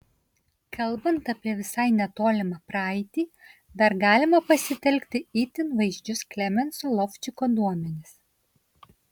kalbant apie visai netolimą praeitį dar galima pasitelkti itin vaizdžius klemenso lovčiko duomenis